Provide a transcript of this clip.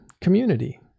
community